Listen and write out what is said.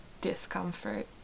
discomfort